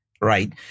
Right